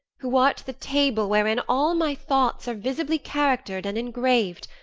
who art the table wherein all my thoughts are visibly character'd and engrav'd,